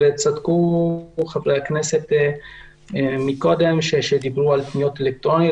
צדקו חברי הכנסת שדיברו קודם על פניות אלקטרוניות,